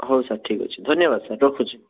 ହଉ ସାର୍ ଠିକ୍ ଅଛି ଧନ୍ୟବାଦ ସାର୍ ରଖୁଛି